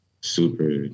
super